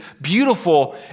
beautiful